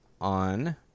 On